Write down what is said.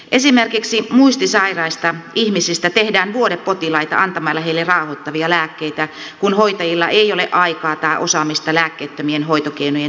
esimerkiksi muistisairaista ihmisistä tehdään vuodepotilaita antamalla heille rauhoittavia lääkkeitä kun hoitajilla ei ole aikaa tai osaamista lääkkeettömien hoitokeinojen toteuttamiseen